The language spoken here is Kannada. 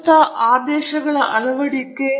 ಇದು ಪ್ಯಾರಾಮೀಟರ್ ಅಂದಾಜುಗಳಲ್ಲಿ ದೋಷಗಳನ್ನು ತರುತ್ತದೆ